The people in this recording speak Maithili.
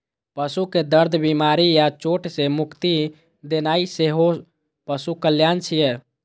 पशु कें दर्द, बीमारी या चोट सं मुक्ति दियेनाइ सेहो पशु कल्याण छियै